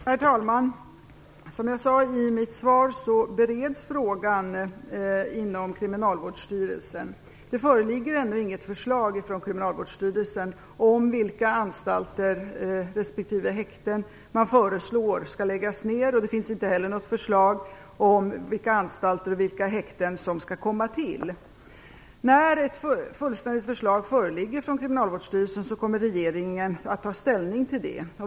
Herr talman! Som jag sade i mitt svar bereds frågan inom Kriminalvårdsstyrelsen. Det föreligger ännu inget svar från Kriminalvårdsstyrelsen om vilka anstalter respektive häkten man föreslår skall läggas ner. Det finns inte heller något förslag om vilka anstalter och vilka häkten som skall komma till. När ett fullständigt förslag föreligger från Kriminalvårdsstyrelsen kommer regeringen att ta ställning till det.